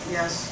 Yes